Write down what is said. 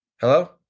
Hello